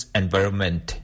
environment